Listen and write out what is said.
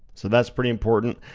so, that's pretty important.